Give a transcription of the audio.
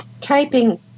typing